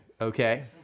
okay